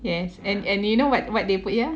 yes and and you know what what they put here